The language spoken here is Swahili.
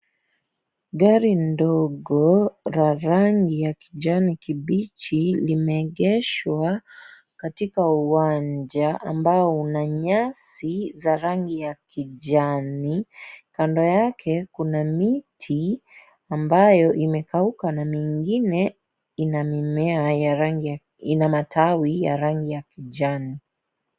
Gari ndogo la rangi ya kijani kibichi, limeegeshwa katika uwanja, ambao una nyasi za rangi ya kijani. Kando yake, kuna miti ambayo imekauka na mingine ina mimea ya rangi,,ina matawi ya rangi ya kijani.